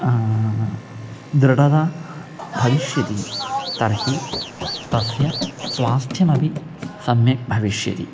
दृढता भविष्यति तर्हि तस्य स्वास्थ्यमपि सम्यक् भविष्यति